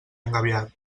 engabiat